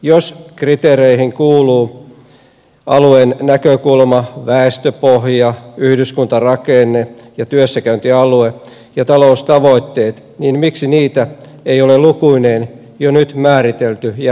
jos kriteereihin kuuluu alueen näkökulma väestöpohja yhdyskuntarakenne työssäkäyntialue ja taloustavoitteet niin miksi niitä ei ole lukuineen jo nyt määritelty ja esitetty